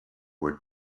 were